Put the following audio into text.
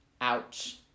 Ouch